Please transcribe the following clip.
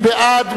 מי בעד?